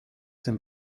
den